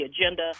agenda